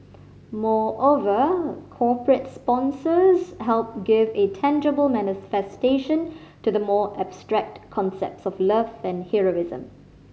moreover corporate sponsors help give a tangible manifestation to the more abstract concepts of love and heroism